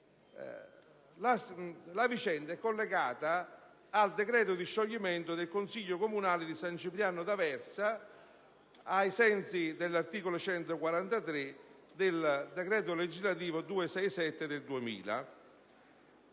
La vicenda è collegata al decreto di scioglimento del Consiglio comunale di San Cipriano d'Aversa, ai sensi dell'articolo 143 del decreto legislativo n. 267 del 2000.